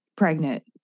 pregnant